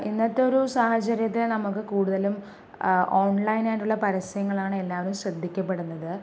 ഇന്നത്തെ ഒരു സാഹചര്യത്തെ നമ്മൾക്ക് കൂടുതലും ഓൺലൈനായിട്ടുള്ള പരസ്യങ്ങളാണ് എല്ലാവരും ശ്രദ്ധിക്കപ്പെടുന്നത്